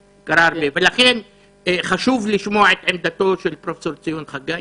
חשוב לשמוע את עמדתו של פרופסור חגי,